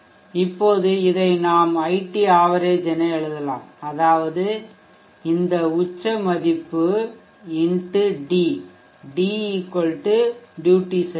இப்போது இதை நாம் iT average என எழுதலாம் அதாவது இந்த உச்ச மதிப்பு x d d duty cycle